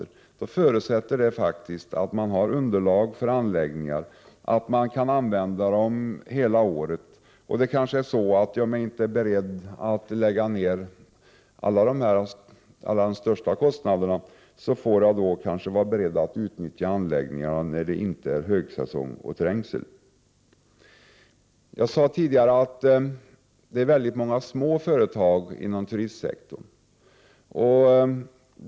Det förutsätter faktiskt att man har underlag för anläggningar, att man kan använda dem hela året. Om man inte är beredd att lägga ner så mycket pengar kanske man får vara beredd att utnyttja anläggningarna när det inte är högsäsong och trängsel. Jag sade tidigare att det finns många små företag inom turistsektorn.